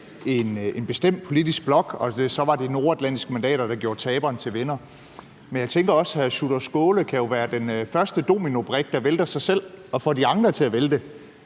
en bestemt politisk blok og det så var de nordatlantiske mandater, der gjorde taberen til vinder. Men jeg tænker også, at hr. Sjúrður Skaale jo kan være den første dominobrik, der vælter sig selv og får de andre til at vælte